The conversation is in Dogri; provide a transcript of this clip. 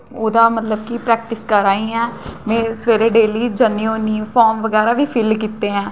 ओह्दा मतलब कि प्रैक्टिस करै दी आं में सवेरे डेली जन्नी होन्नी आं फार्म बगैरा बी फिल्ल कीते दे न